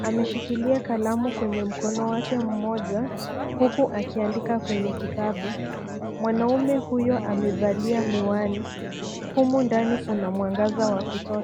Ameshikilia kalamu kwenye mkono wake mmoja huku akiandika kwenye kitabu. Mwanaume huyo amevalia miwani. Humu ndani kuna mwangaza wa kutosha.